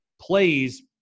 plays –